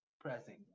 pressing